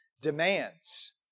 demands